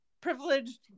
privileged